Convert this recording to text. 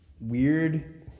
weird